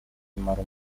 imara